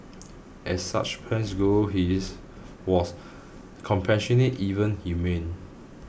as such plans go his was compassionate even humane